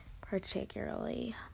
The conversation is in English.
particularly